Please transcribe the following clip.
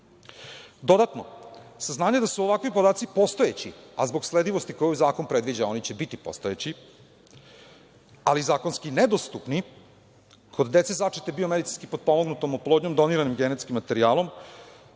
rešenja. Dodatno, saznanje da su ovakvi podaci postojeći, a zbog sledivosti koju zakon predviđa, oni će biti postojeći, ali zakonski nedostupni kod dece začete biomedicinski potpomognutom oplodnjom doniranim genetskim materijalom